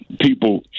people